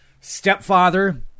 stepfather